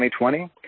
2020